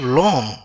long